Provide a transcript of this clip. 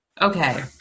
Okay